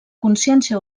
consciència